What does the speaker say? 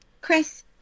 Chris